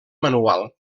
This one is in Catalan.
manual